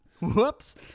Whoops